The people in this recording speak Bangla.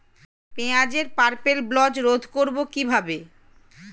পেঁয়াজের পার্পেল ব্লচ রোধ করবো কিভাবে?